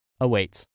awaits